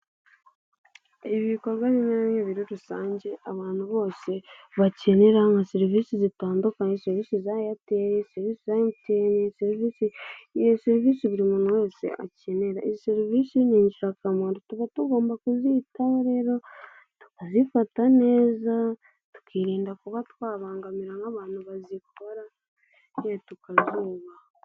Ibi bikorwa bimwe na bimwe muri rusange abantu bose bakenera, nka serivisi zitandukanye serivise za eyateli, serivise za emutiyene serivise ni serivise buri muntu wese yakenera, izi serivise n'ingirakamaro tuba tugomba kuzitaho rero tukazifata neza tukirinda kuba twabangamira nk'abantu bazikora tukazuba.